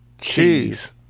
cheese